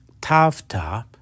Tavta